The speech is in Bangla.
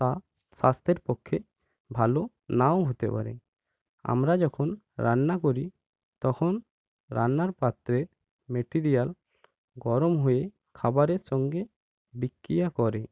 তা স্বাস্থ্যের পক্ষে ভালো নাও হতে পারে আমরা যখন রান্না করি তখন রান্নার পাত্রের মেটিরিয়াল গরম হয়ে খাবারের সঙ্গে বিক্রিয়া করে